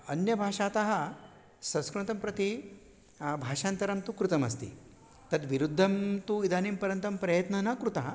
अन्यभाषातः संस्कृतं प्रति भाषान्तरं तु कृतमस्ति तद्विरुद्धः तु इदानीं पर्यन्तं प्रयत्नः न कृतः